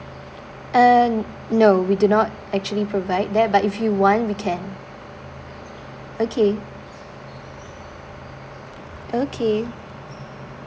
uh no we do not actually provide that but if you want we can okay okay